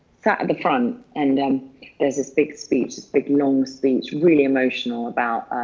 sat at the front, and there's this big speech, this big, long speech, really emotional about,